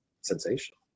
sensational